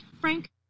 Frank